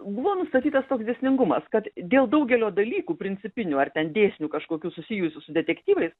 buvo nustatytas toks dėsningumas kad dėl daugelio dalykų principinių ar ten dėsnių kažkokių susijusių su detektyvais